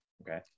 Okay